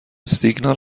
سیگنال